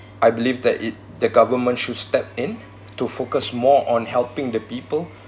I believe that it the government should step in to focus more on helping the people